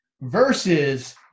versus